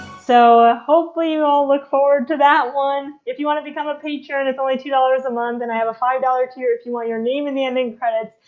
so hopefully you all look forward to that one. one. if you want to become a patron it's only two dollars a month, and i have a five dollar tier if you want your name in the ending credits.